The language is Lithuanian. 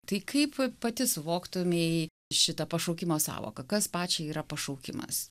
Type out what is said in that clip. tai kaip pati suvoktumei šitą pašaukimo sąvoką kas pačiai yra pašaukimas